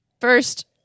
First